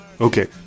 Okay